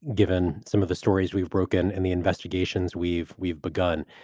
given some of the stories we've broken and the investigations we've we've begun.